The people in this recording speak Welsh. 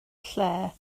lle